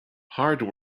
hard